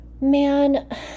man